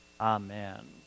Amen